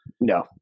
No